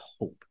hope